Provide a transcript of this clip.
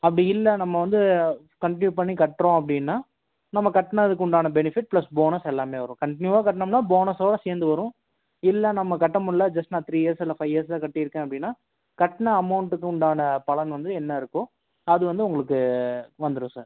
அப்படி இல்லை நம்ம வந்து கண்ட்ன்யூ பண்ணி கட்டுறோம் அப்படின்னா நம்ம கட்ணதுக்கு உண்டான பெனிஃபிட் பிளஸ் போனஸ் எல்லாமே வரும் கண்ட்ன்யூவாக கட்ணம்னா போனஸோட சேர்ந்து வரும் இல்லை நம்ம கட்ட முடில ஜஸ்ட் நான் த்ரீ இயர்ஸ் இல்லை ஃபைவ் இயர்ஸ் தான் கட்டி இருக்கேன் அப்படின்னா கட்ண அமௌண்டுக்கு உண்டான பலன் வந்து என்ன இருக்கோ அது வந்து உங்களுக்கு வந்துரும் சார்